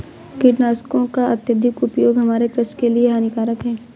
कीटनाशकों का अत्यधिक उपयोग हमारे कृषि के लिए हानिकारक है